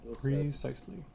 Precisely